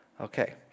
Okay